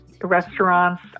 restaurants